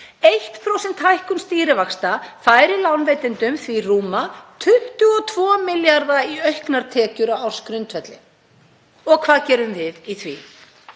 1% hækkun stýrivaxta færir lánveitendum því rúma 22 milljarða í auknar tekjur á ársgrundvelli. Og hvað gerum við í því?